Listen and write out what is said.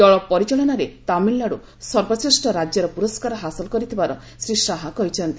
ଜଳ ପରିଚାଳନାରେ ତାମିଲନାଡ଼ ସର୍ବଶ୍ରେଷ୍ଠ ରାଜ୍ୟର ପୁରସ୍କାର ହାସଲ କରିଥିବାର ଶ୍ରୀ ଶାହା କହିଛନ୍ତି